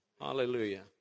Hallelujah